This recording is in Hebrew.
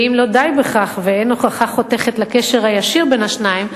ואם לא די בכך ואין הוכחה חותכת לקשר הישיר בין השניים,